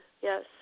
Yes